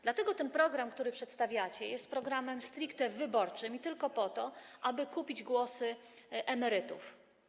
Dlatego ten program, który przedstawiacie, jest programem stricte wyborczym i tylko po to, aby kupić głosy emerytów.